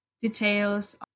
details